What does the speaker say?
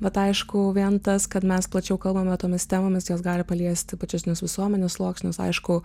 bet aišku vien tas kad mes plačiau kalbame tomis temomis jos gali paliesti platesnius visuomenės sluoksnius aišku